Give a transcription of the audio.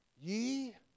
Ye